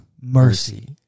mercy